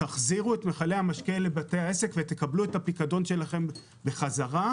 תחזירו את מכלי המשקה לבתי העסק ותקבלו את הפיקדון שלכם בחזרה.